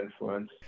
influence